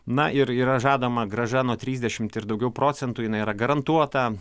na ir yra žadama grąža nuo trisdešimt ir daugiau procentų jinai yra garantuota